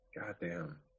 Goddamn